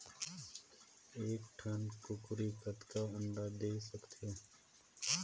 एक ठन कूकरी कतका अंडा दे सकथे?